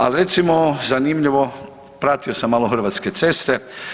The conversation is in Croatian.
Ali recimo zanimljivo pratio sam malo Hrvatske ceste.